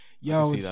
Yo